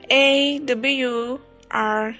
awr